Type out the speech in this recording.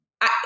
I-